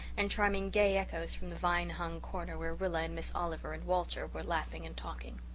and charming gay echoes from the vine-hung corner where rilla and miss oliver and walter were laughing and talking.